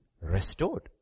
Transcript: restored